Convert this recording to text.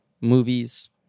movies